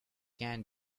can